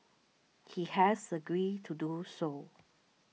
he has agreed to do so